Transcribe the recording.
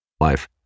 life